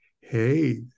hey